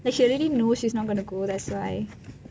like she already know she is not going to go